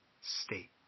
state